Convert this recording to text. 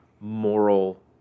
moral